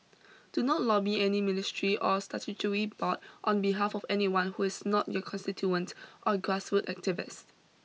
do not lobby any ministry or statutory board on behalf of anyone who is not your constituent or grassroots activist